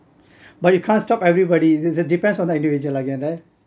but you can't stop everybody it depends on the individual again ah